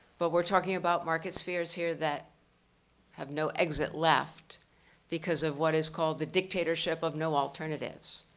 but we're talking about market spheres here that have no exit left because of what is called the dictatorship of no alternatives.